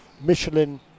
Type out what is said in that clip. Michelin